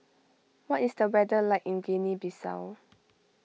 what is the weather like in Guinea Bissau